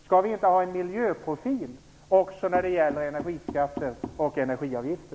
Skall vi inte ha en miljöprofil också när det gäller energiskatter och energiavgifter?